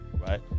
right